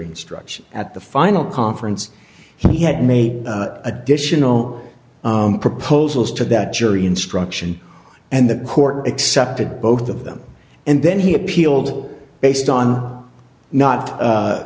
instruction at the final conference he had made additional proposals to that jury instruction and the court accepted both of them and then he appealed based on not